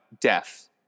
death